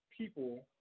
people